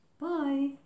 Bye